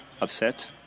upset